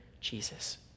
Jesus